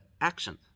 action